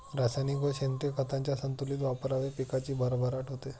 रासायनिक व सेंद्रिय खतांच्या संतुलित वापराने पिकाची भरभराट होते